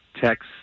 text